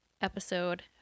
episode